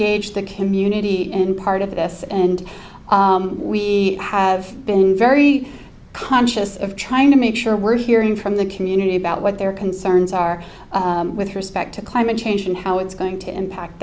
engage the community in part of this and we have been very conscious of trying to make sure we're hearing from the community about what their concerns are with respect to climate change and how it's going to impact